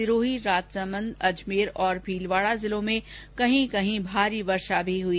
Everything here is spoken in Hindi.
सिरोही राजसमंद अजमेर तथा भीलवाड़ा जिलों में कहीं कहीं भारी वर्षा भी हुई